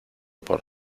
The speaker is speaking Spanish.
por